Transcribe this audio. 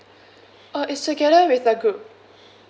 uh it's together with the group